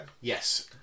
Yes